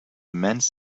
immense